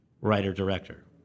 writer-director